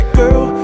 girl